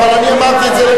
אבל אני אמרתי את זה,